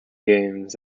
games